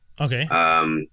Okay